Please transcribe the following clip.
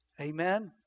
Amen